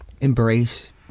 embrace